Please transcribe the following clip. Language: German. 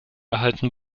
erhalten